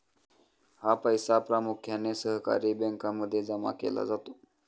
हा पैसा प्रामुख्याने सहकारी बँकांमध्ये जमा केला जातो